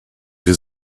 been